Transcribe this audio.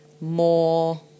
more